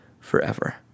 forever